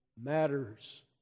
matters